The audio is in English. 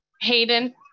Hayden